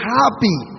happy